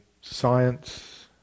science